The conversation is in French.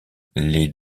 les